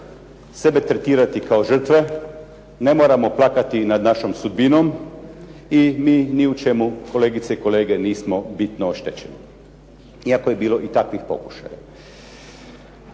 sebe tretirati kao žrtve, ne moramo plakati nad našom sudbinom i mi ni u čemu, kolegice i kolege, nismo bitno oštećeni iako je bilo i takvih pokušaja.